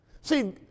See